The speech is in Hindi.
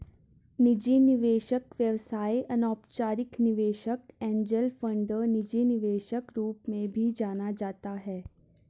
निजी निवेशक व्यवसाय अनौपचारिक निवेशक एंजेल फंडर निजी निवेशक रूप में भी जाना जाता है